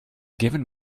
giving